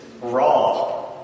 raw